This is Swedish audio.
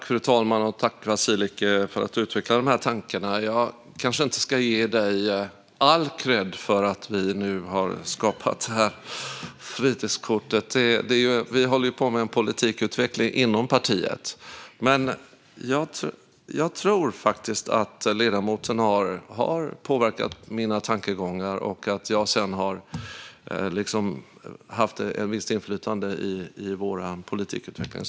Fru talman! Tack för att du utvecklar dessa tankar, Vasiliki! Jag kanske inte ska ge dig all kredd för att vi nu föreslår det här fritidskortet; vi håller ju på med en politikutveckling inom partiet. Men jag tror faktiskt att du har påverkat mina tankegångar och att jag sedan har haft ett visst inflytande på vår politikutveckling.